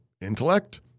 intellect